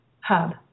hub